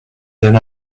than